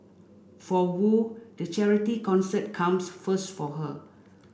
for Wu the charity concert comes first for her